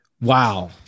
wow